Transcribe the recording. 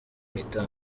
nitanu